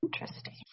Interesting